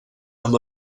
amb